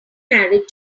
married